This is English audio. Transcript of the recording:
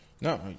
no